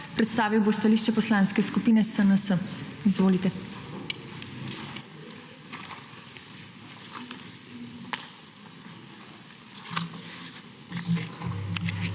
Predstavil bo stališče poslanske skupine SNS. Izvolite.